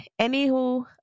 anywho